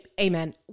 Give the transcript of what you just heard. Amen